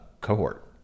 cohort